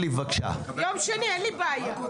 יום שני, אין לי בעיה.